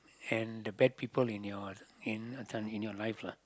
and the bad people in your in this one in your life lah